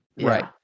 Right